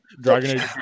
dragon